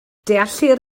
deallir